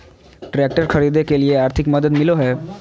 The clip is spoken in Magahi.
ट्रैक्टर खरीदे के लिए आर्थिक मदद मिलो है?